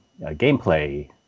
gameplay